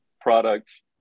products